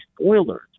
spoilers